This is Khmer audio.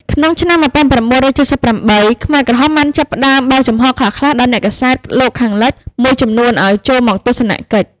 ក្នុងឆ្នាំ១៩៧៨ ខ្មែរក្រហមបានចាប់ផ្ដើមបើកចំហរខ្លះៗដល់អ្នកកាសែតលោកខាងលិចមួយចំនួនឱ្យចូលមកទស្សនកិច្ច។